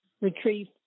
retrieve